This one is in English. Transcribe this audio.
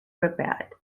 repaired